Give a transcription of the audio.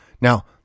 Now